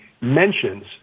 mentions